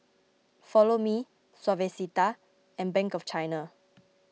Follow Me Suavecito and Bank of China